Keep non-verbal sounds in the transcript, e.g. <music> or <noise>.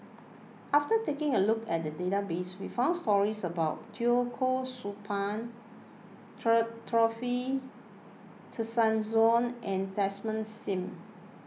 after taking a look at the database we found stories about Teo Koh Sock <unintelligible> <unintelligible> Dorothy Tessensohn and Desmond Sim